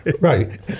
Right